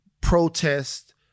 protest